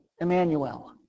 Emmanuel